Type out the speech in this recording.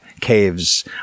caves